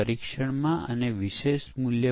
પરીક્ષણમાં પણ અહીં એવી એક સમાનના છે